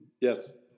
Yes